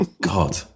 God